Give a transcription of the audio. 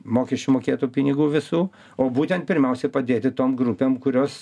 mokesčių mokėtų pinigų visų o būtent pirmiausia padėti tom grupėm kurios